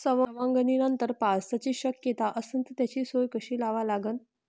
सवंगनीनंतर पावसाची शक्यता असन त त्याची सोय कशी लावा लागन?